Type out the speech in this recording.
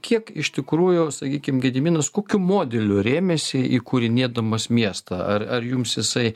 kiek iš tikrųjų sakykim gediminas kokiu modeliu rėmėsi įkūrinėdamas miestą ar ar jums jisai